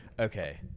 Okay